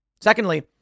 Secondly